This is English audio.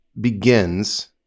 begins